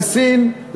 לסין,